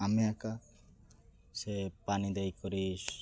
ଆମେ ଏକା ସେ ପାଣି ଦେଇକରି